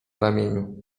ramieniu